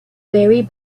barry